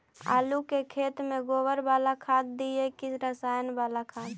आलू के खेत में गोबर बाला खाद दियै की रसायन बाला खाद?